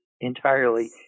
entirely